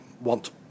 want